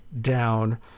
down